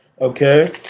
okay